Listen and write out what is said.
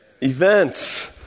events